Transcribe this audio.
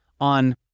on